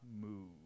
move